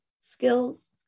skills